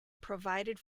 provided